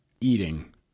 eating